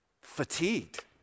fatigued